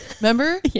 remember